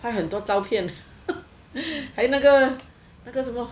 拍很多照片还有那个那个什么